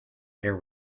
hair